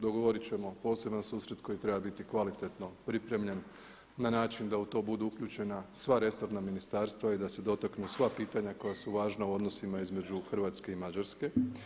Dogovoriti ćemo poseban susret koji treba biti kvalitetno pripremljen na način da u to budu uključena sva resorna ministarstva i da se dotaknu sva pitanja koja su važna u odnosima između Hrvatske i Mađarske.